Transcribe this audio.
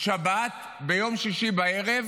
שבת ביום שישי בערב